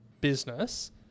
business